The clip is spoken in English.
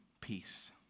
peace